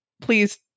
Please